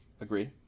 agree